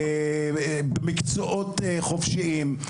במקצועות חופשיים,